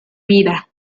vida